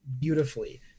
beautifully